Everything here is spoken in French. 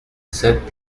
sept